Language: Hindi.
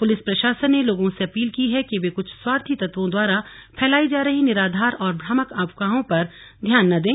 पुलिस प्रशासन ने लोगों से अपील की है कि वे कुछ स्वार्थी तत्वों द्वारा फैलाई जा रही निराधार और भ्रामक अफवाहों पर ध्यान न दें